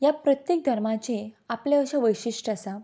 ह्या प्रत्येक धर्माचे आपले अशें वैशिश्ट आसा